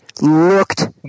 looked